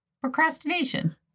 Procrastination